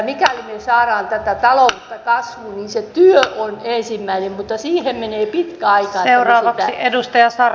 mikäli me saamme tätä taloutta kasvuun niin se työ on ensimmäinen mutta siihen menee pitkä aika ennen sitä